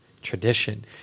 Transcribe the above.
tradition